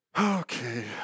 Okay